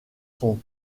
sont